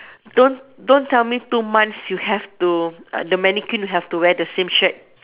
don't don't tell me two months you have to the mannequin will have to wear the same shirt